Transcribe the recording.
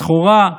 הסחורה,